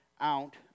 out